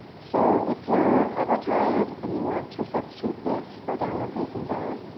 so if you're ever tired, and you want to substitute this for downward facing dog,